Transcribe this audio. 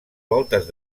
voltes